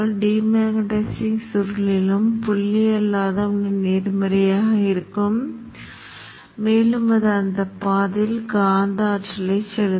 பின் dot forward dot நெட்டை உள்ளடக்கியது forward dot net உருவாக்கப்பட வேண்டும் அதை இப்பொழுது நாம் விரைவாக செய்யலாம்